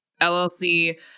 LLC